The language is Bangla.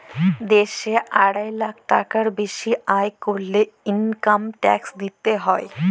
দ্যাশে আড়াই লাখ টাকার বেসি আয় ক্যরলে ইলকাম ট্যাক্স দিতে হ্যয়